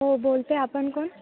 हो बोलते आपण कोण